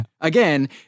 again